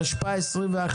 התשפ"א-2021,